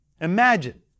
Imagine